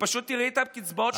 פשוט תראי את הקצבאות השנתיות.